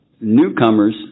Newcomers